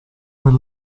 per